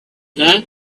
that